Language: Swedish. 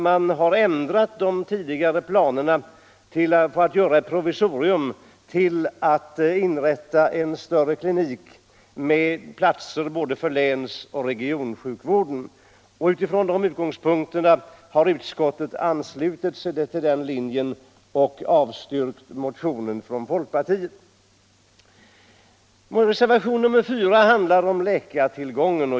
Man har ändrat de tidigare planerna på att göra ett provisorium till att inrätta en större klinik med platser för både läns och regionsjukvården. Utifrån de utgångspunkterna har utskottet anslutit sig till den linjen och avstyrkt motionen från folkpartiet. Reservationen 4 handlar om läkartillgången.